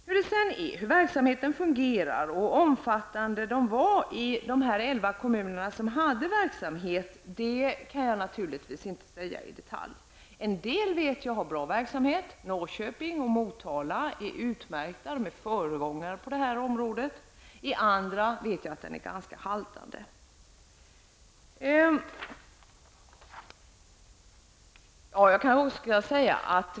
Hur sedan verksamheten fungerade och hur omfattande den var i de elva kommuner som hade verksamhet kan jag naturligtvis inte säga i detalj. En del vet jag har bra verksamhet. Norrköping och Motala är utmärkta. De är föregångare på det här området. I andra kommuner vet jag att verksamheten är ganska haltande.